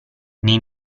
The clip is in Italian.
nei